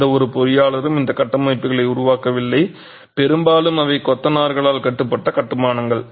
எந்தவொரு பொறியாளரும் இந்தக் கட்டமைப்புகளை உருவாக்கவில்லை பெரும்பாலும் அவை கொத்தனார்களால் கட்டப்பட்ட கட்டுமானங்கள்